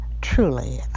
truly